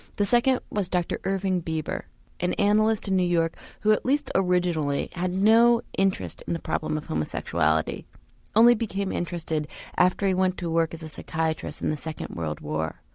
the second was dr irving bieber an analyst in new york who at least originally had no interest in the problem of homosexuality and only became interested after he went to work as a psychiatrist in the second world war.